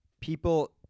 people